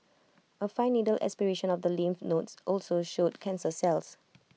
A fine needle aspiration of the lymph nodes also showed cancer cells